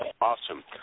awesome